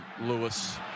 Lewis